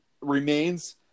remains